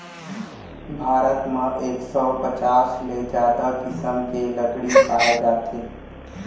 भारत म एक सौ पचास ले जादा किसम के लकड़ी पाए जाथे